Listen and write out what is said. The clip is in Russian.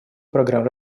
программ